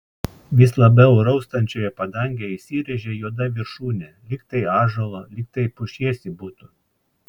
vis labiau raustančioje padangėje įsirėžė juoda viršūnė lyg tai ąžuolo lyg tai pušies ji būtų